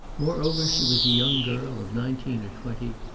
moreover, she was a young girl of nineteen or twenty,